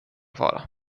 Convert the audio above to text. fara